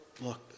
look